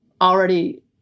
already